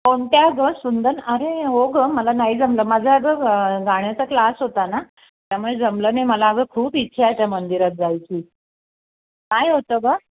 कोणत्या गं सुंदन अरे हो गं मला नाही जमलं माझं अगं ग गाण्याचा क्लास होता ना त्यामुळे जमलं नाही मला अगं खूप इच्छा आहे त्या मंदिरात जायची काय होतं गं